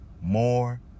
more